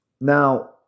Now